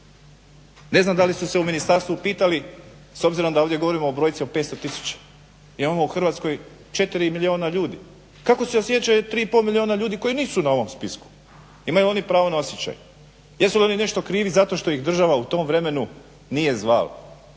Ne znam da li su se u ministarstvu upitali s obzirom da ovdje govorimo o brojci od 500000. Jer imamo u Hrvatskoj 4 milijuna ljudi. Kako se osjeća 3 i pol milijuna ljudi koji nisu na ovom spisku. Imaju li oni pravo na osjećaj? Jesu li oni nešto krivi zato što ih država u tom vremenu nije zvala,